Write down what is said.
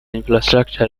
infrastructure